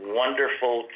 wonderful